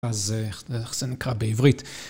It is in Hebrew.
אז איך זה נקרא בעברית.